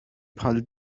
bħal